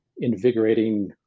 invigorating